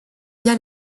via